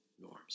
norms